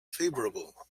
favorable